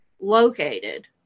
located